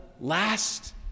last